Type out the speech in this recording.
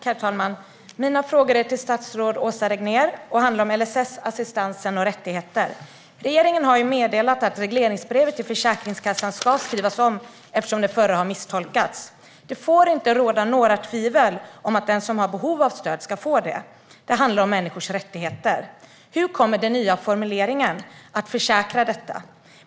Herr talman! Mina frågor går till statsrådet Åsa Regnér och handlar om LSS-assistansen och rättigheter. Regeringen har meddelat att regleringsbrevet till Försäkringskassan ska skrivas om eftersom det förra har misstolkats. Det får inte råda några tvivel om att den som har behov av stöd ska få det. Det handlar om människors rättigheter. Hur kommer den nya formuleringen att försäkra detta?